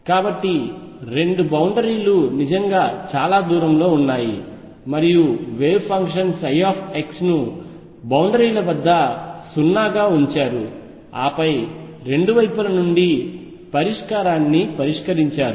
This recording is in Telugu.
కాబట్టి బౌండరీ లు నిజంగా చాలా దూరంలో ఉన్నాయి మరియు వేవ్ ఫంక్షన్ ψ ను బౌండరీల వద్ద 0 గా ఉంచారు ఆపై రెండు వైపుల నుండి పరిష్కారాన్ని పరిష్కరించారు